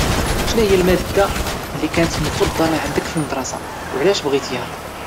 شنوهيا المادة اللي كانت مفضلة عندك في المدرسة وعلاش بغيتيها؟